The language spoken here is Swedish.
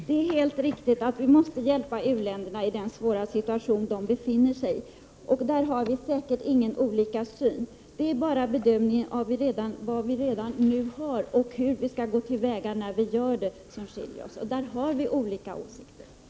Fru talman! Det är helt riktigt att vi måste hjälpa u-länderna i den svåra situation de befinner sig i. Där har vi säkert inte olika synsätt. Det är bara bedömningen av vad vi nu har och hur vi skall gå till väga vid genomförandet som skiljer oss åt. Om det har vi olika åsikter.